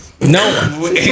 No